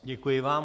Děkuji vám.